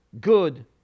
good